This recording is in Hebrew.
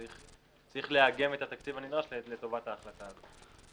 צריך לאגם את התקציב הנדרש לטובת ההחלטה הזאת.